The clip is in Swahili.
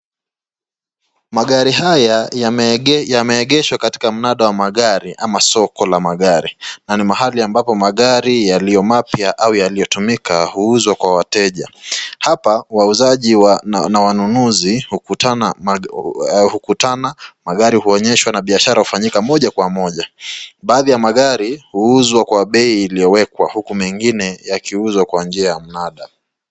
Magari haya yameegeshwa katika mnada wa magari ama soko la magari na ni mahali ambapo magari yaliyo mapya au yaliyotumika huuzwa kwa wateja. Hapa wauzaji na wanunuzi hukutana, magari huonyeshwa na biashara hufanyika moja kwa moja. Baadhi ya magari huuzwa kwa bei iliyowekwa huku mengine yakiuzwa kwa njia ya mnada.